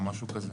או משהו כזה,